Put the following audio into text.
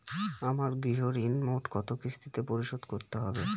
আমার গৃহঋণ মোট কত কিস্তিতে পরিশোধ করতে হবে?